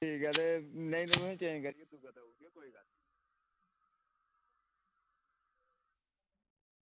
ठीक ऐ ते में तुसेंगी चेंज़ करियै दूआ देई ओड़गा केई गल्ल नेईं